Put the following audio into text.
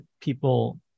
people